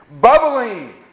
bubbling